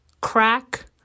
crack